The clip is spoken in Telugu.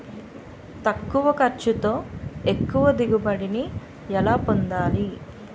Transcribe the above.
తక్కువ ఖర్చుతో ఎక్కువ దిగుబడి ని ఎలా పొందాలీ?